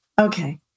Okay